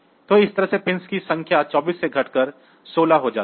तो इस तरह से पिंस की संख्या 24 से घटकर 16 हो जाती है